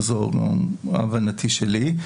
וזו גם הבנתי שלי,